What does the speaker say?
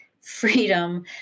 freedom